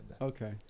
Okay